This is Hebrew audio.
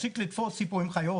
צריך לתפוס ציפורים חיות,